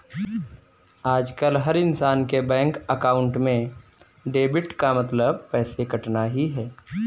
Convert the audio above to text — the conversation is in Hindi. आजकल हर इन्सान के बैंक अकाउंट में डेबिट का मतलब पैसे कटना ही है